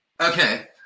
Okay